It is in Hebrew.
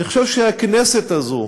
אני חושב שהכנסת הזו,